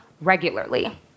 regularly